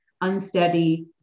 unsteady